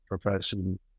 profession